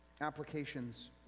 applications